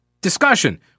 Discussion